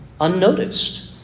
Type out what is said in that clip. unnoticed